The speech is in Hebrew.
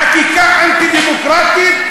חקיקה אנטי-דמוקרטית,